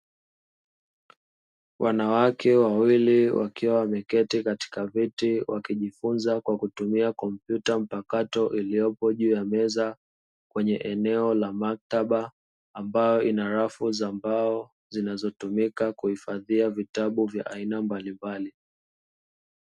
Wamama wawili wakiwa wameketi katika viti wakijifunza kwa kutumia kompyuta mpakato iliyopo juu ya meza, kwenye eneo la maktaba ambayo ina rafu za mbao zinazotumika kuhifadhia vitabu vya aina mbalimbali.